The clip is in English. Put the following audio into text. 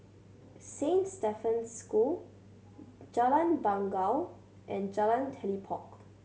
Saint Stephen's School Jalan Bangau and Jalan Telipok